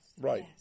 Right